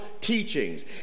teachings